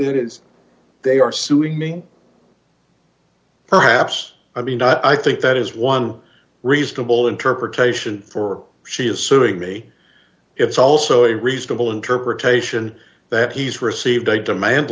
it is they are suing me for haps i mean i think that is one reasonable interpretation for she is suing me it's also a reasonable interpretation that he's received a demand